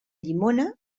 llimona